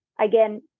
again